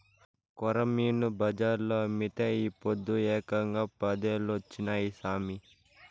కొరమీను బజార్లో అమ్మితే ఈ పొద్దు ఏకంగా పదేలొచ్చినాయి సామి